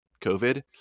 COVID